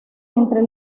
entre